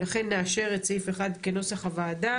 לכן נאשר את סעיף 1 כנוסח הוועדה.